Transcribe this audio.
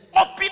Open